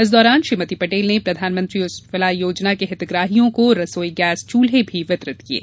इस दौरान श्रीमती पटेल ने प्रधानमंत्री उज्जवला योजना के हितग्राहियों को रसोई गैस चूल्हे वितरित किये